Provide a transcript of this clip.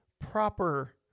proper